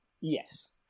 Yes